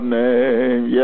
name